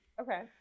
Okay